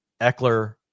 Eckler